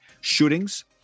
shootings